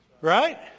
Right